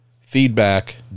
feedback